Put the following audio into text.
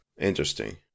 interesting